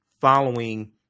following